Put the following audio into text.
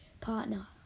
partner